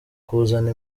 kuzana